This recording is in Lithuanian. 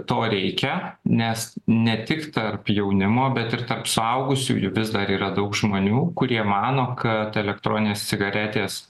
to reikia nes ne tik tarp jaunimo bet ir tarp suaugusiųjų vis dar yra daug žmonių kurie mano kad elektroninės cigaretės